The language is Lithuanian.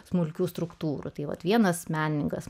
smulkių struktūrų tai vat vienas menininkas